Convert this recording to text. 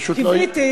פשוט לא, הסתייגות.